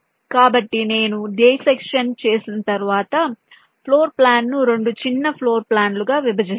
కాబట్టి నేను డిసెక్షన్ చేసిన తర్వాత ఫ్లోర్ ప్లాన్ ను 2 చిన్న ఫ్లోర్ ప్లాన్ లుగా విభజిస్తాను